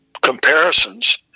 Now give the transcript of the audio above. comparisons